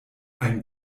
ein